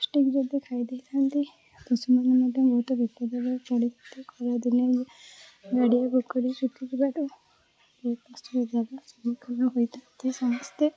plastic ଯଦି ଖାଇଦେଇଥାନ୍ତି ପଶୁମାନେ ମଧ୍ୟ ବହୁତ ବିପଦରେ ପଡ଼ନ୍ତି ଖରାଦିନେ ବି ଗାଡ଼ିଆ ପୋଖରୀ ଶୁଖିଯିବାରୁ ବହୁତ ଅସୁବିଧାର ସମ୍ମୁଖୀନ ହୋଇଥାନ୍ତି ସମସ୍ତେ